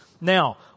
Now